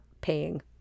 paying